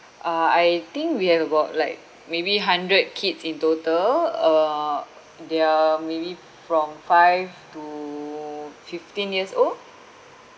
uh I think we have about like maybe hundred kids in total uh they are maybe from five to fifteen years old